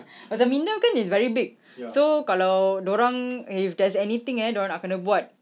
macam MINDEF kan is very big so kalau dia orang if there's anything eh dia orang nak kena buat